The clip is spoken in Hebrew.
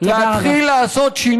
תודה רבה.